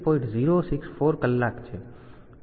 064 કલાક છે